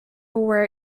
wear